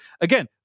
again